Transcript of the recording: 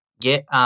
Get